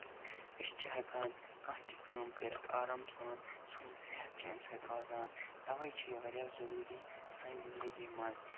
أسۍ چھِ ہیٚکان کانٛہہ تہِ کٲم کٔرِتھ آرام سان سوٚن صحت چھُ اَمہِ سۭتۍ روزان تَوے چھِ یہِ واریاہ ضروٗری سانہِ زِنٛدَگی منٛز